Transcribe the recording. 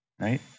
right